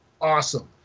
awesome